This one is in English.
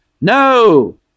No